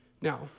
Now